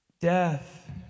Death